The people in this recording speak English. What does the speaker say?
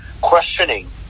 questioning